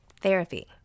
Therapy